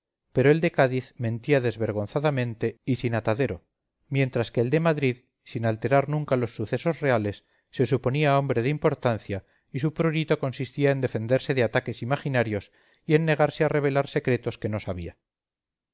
pero el de cádiz mentía desvergonzadamente y sin atadero mientras que el de madrid sin alterar nunca los sucesos reales se suponía hombre de importancia y su prurito consistía en defenderse de ataques imaginarios y en negarse a revelar secretos que no sabía